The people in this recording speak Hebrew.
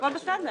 הכול בסדר.